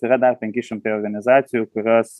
yra dar penki šimtai organizacijų kurios